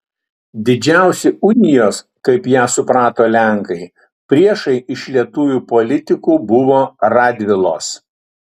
didžiausi unijos kaip ją suprato lenkai priešai iš lietuvių politikų buvo radvilos